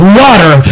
water